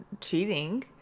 cheating